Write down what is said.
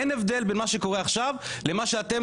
אין הבדל בין מה שקורה עכשיו למה שאתם